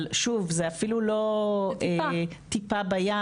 אבל שוב זה אפילו לא טיפה בים.